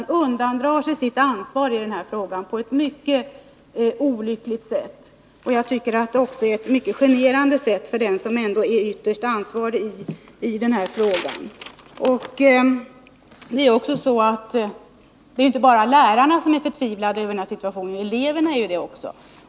Han undandrar sig sitt ansvar i den här frågan på ett mycket olyckligt sätt — och det borde också kännas generande för den som ändå är närmast ansvarig i detta sammanhang. Det är ju inte heller bara lärarna som är förtvivlade över den här situationen utan också eleverna.